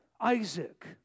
Isaac